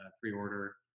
pre-order